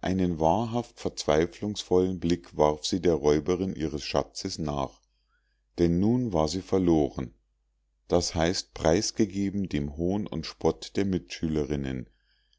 einen wahrhaft verzweiflungsvollen blick warf sie der räuberin ihres schatzes nach denn nun war sie verloren das heißt preisgegeben dem hohn und spott der mitschülerinnen